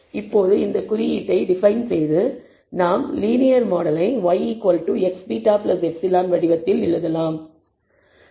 இப்போது இந்த குறியீட்டை டிபைன் செய்து நம் லீனியர் மாடலை y x β ε வடிவத்தில் எழுதலாம்